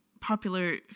popular